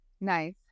Nice